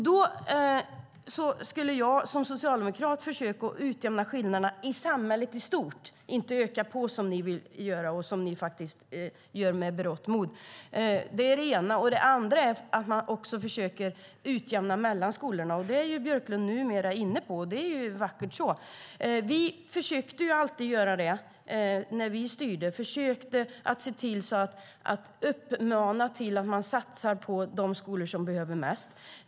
Då skulle jag som socialdemokrat ha försökt att utjämna skillnaderna i samhället i stort, inte öka på som ni vill göra och som ni faktiskt gör med berått mod. Det är det ena. Det andra är att man också försöker utjämna mellan skolorna. Det är Björklund numera inne på. Det är ju vackert så. Vi försökte alltid göra det när vi styrde. Vi försökte se till att uppmana till att man satsar på de skolor som behöver mest.